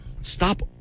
Stop